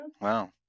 Wow